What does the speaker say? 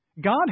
God